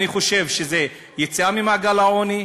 אני חושב שזאת יציאה ממעגל העוני,